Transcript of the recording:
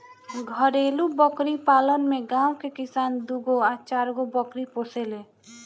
घरेलु बकरी पालन में गांव के किसान दूगो आ चारगो बकरी पोसेले